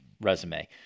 resume